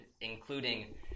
including